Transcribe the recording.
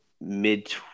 mid